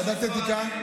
ועדת האתיקה,